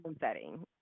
setting